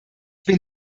bin